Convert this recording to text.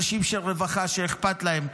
אנשים של רווחה שאכפת להם.